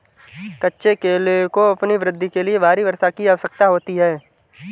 कच्चे केले को अपनी वृद्धि के लिए भारी वर्षा की आवश्यकता होती है